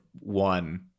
one